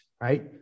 right